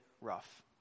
rough